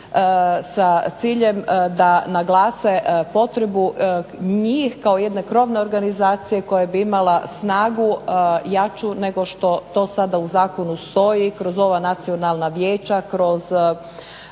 sa ciljem da naglase potrebu njih kao jedne krovne organizacije koja bi imala snagu jaču nego što to sada u zakonu stoji kroz ova nacionalna vijeća, kroz